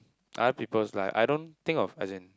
other people's live I don't think of as in